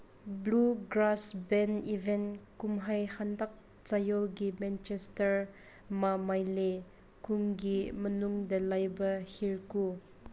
blue grass band event ꯀꯨꯝꯍꯩ ꯍꯟꯗꯛ ꯆꯌꯣꯜꯒꯤ ꯃꯦꯟꯆꯦꯁꯇꯔ ꯃꯥ ꯃꯦꯂꯤ ꯀꯨꯟꯒꯤ ꯃꯅꯨꯡꯗ ꯂꯩꯕ ꯍꯤꯔꯀꯨ